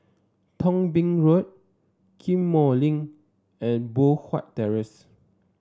Thong Bee Road Ghim Moh Link and Poh Huat Terrace